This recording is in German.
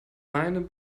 meinem